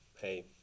hey